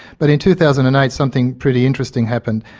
but in two thousand and eight something pretty interesting happened.